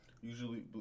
Usually